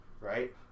right